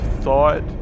thought